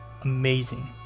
amazing